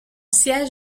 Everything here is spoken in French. siège